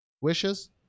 wishes